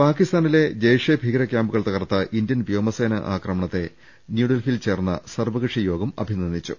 പാക്കിസ്ഥാനിലെ ജയ്ഷെ ഭീകര കൃാംപുകൾ തകർത്ത ഇന്ത്യൻ വ്യോമസേനാ ആക്രമണത്തെ ന്യൂഡൽഹിയിൽ ചേർന്ന സർവ കക്ഷി യോഗം അഭിനന്ദിച്ചു